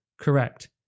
correct